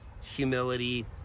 humility